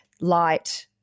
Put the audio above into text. light